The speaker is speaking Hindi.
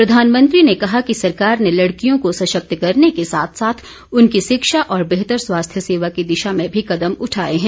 प्रधानमंत्री ने कहा कि सरकार ने लड़कियों को सशक्त करने के साथ साथ उनकी शिक्षा और बेहतर स्वास्थ्य सेवा की दिशा में भी कदम उठाए हैं